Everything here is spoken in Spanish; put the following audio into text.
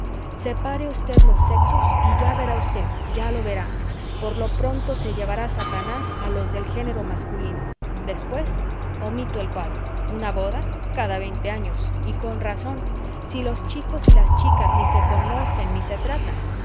separe usted los sexos y ya verá usted ya lo verá por lo pronto se llevará satanás a los del género masculino después omito el cuadro una boda cada veinte años y con razón si los chicos y las chicas ni se conocen ni se tratan